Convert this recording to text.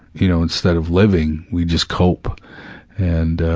you know, instead of living, we just cope and ah,